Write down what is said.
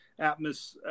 Atmos